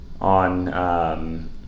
on